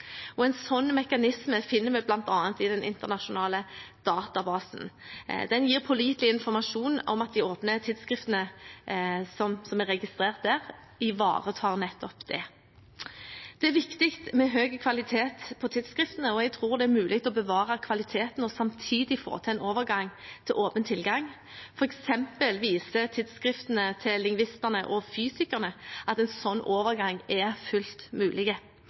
En slik mekanisme finner vi bl.a. i den internasjonale databasen. Den gir pålitelig informasjon om at de åpne tidsskriftene som er registrert der, ivaretar nettopp dette. Det er viktig med høy kvalitet på tidsskriftene, og jeg tror det er mulig å bevare kvaliteten og samtidig få til en overgang til åpen tilgang. For eksempel viser lingvistenes og fysikernes tidsskrifter at en slik overgang er fullt mulig,